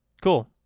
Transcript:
cool